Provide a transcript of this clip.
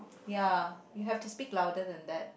ya you have to speak louder than that